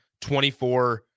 24